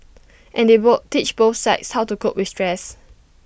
and they both teach both sides how to cope with stress